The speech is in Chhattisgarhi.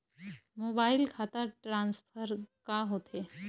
मोबाइल खाता ट्रान्सफर का होथे?